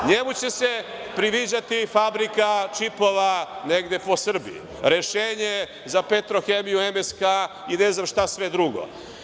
NJemu će se priviđati fabrika čipova negde po Srbiji, rešenje za „Petrohemiju“, MSK i ne znam šta sve drugo.